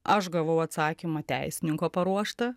aš gavau atsakymą teisininko paruoštą